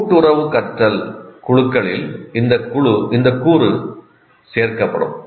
கூட்டுறவு கற்றல் குழுக்களில் இந்த கூறு சேர்க்கப்படும்